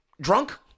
drunk